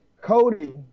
Cody